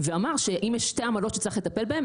ואמר שאם יש שתי עמלות שצריך לטפל בהן,